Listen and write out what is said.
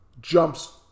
Jumps